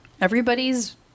everybody's